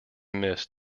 missed